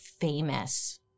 famous